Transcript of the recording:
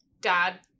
dad